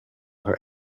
her